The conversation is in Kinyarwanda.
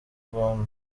rwanda